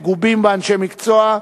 מגובים באנשי מקצוע,